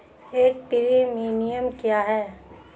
एक प्रीमियम क्या है?